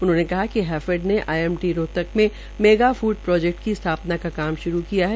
उन्होंने बताया कि हैफेड ने आईएमटी रोहतक में मेगा फुड प्रोजेक्ट की स्थापना का कार्य शुरू किया है